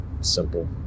Simple